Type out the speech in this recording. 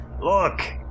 Look